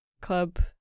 club